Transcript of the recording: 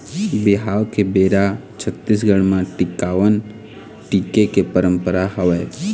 बिहाव के बेरा छत्तीसगढ़ म टिकावन टिके के पंरपरा हवय